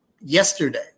yesterday